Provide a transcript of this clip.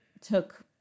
took